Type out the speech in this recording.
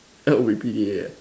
uh we P_D_A ah